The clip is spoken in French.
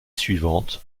suivante